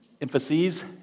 emphases